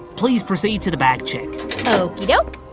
please proceed to the bag check okey-doke